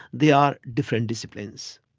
they are different disciplines.